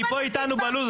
היא פה איתנו בלו"ז.